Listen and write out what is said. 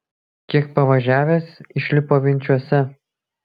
kiek pavažiavęs išlipo vinčuose